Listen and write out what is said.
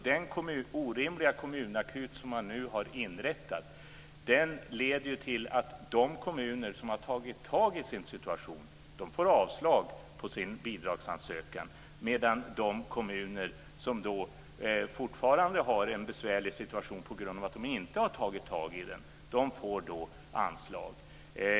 Den orimliga kommunakut som man nu har inrättat leder ju typiskt nog också till att de kommuner som har tagit tag i sin situation får avslag på sin bidragsansökan, medan de kommuner som fortfarande har en besvärlig situation på grund av att de inte har tagit tag i den får anslag.